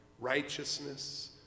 righteousness